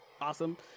awesome